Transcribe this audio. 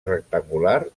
rectangular